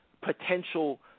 potential